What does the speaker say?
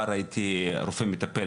הרי ייקח זמן להזמין אותו ולהביא